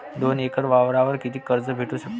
दोन एकर वावरावर कितीक कर्ज भेटू शकते?